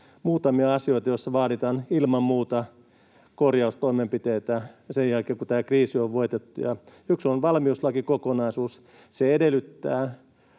muutamia asioita, joissa vaaditaan ilman muuta korjaustoimenpiteitä sen jälkeen kun tämä kriisi on voitettu, ja yksi on valmiuslakikokonaisuus. Se edellyttää